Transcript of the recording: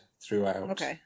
throughout